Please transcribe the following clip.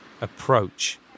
approach